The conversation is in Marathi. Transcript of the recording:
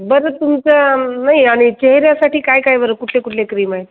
बरं तुमचा नाही आणि चेहऱ्यासाठी काय काय बरं कुठले कुठले क्रीम आहे